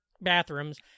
bathrooms